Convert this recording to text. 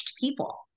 people